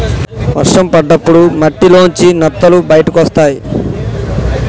వర్షం పడ్డప్పుడు మట్టిలోంచి నత్తలు బయటకొస్తయ్